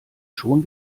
schon